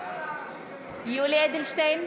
יולי יואל אדלשטיין,